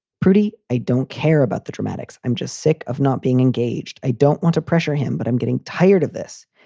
pretty. i don't care about the dramatics. i'm just sick of not being engaged. i don't want to pressure him, but i'm getting tired of this.